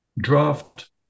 draft